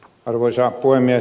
arvoisa puhemies